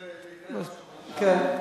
כן.